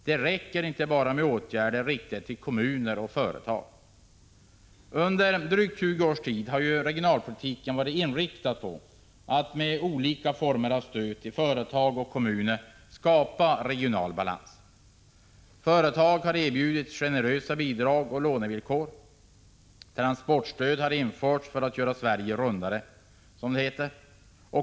Det räcker inte bara med åtgärder riktade till kommuner och företag. Under drygt 20 års tid har regionalpolitiken varit inriktad på att med olika former av stöd till företag och kommuner skapa regional balans. Företag har erbjudits generösa bidrag och lånevillkor. Transportstöd har införts för att göra Sverige rundare, som det heter.